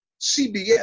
CBS